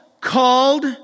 called